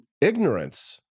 ignorance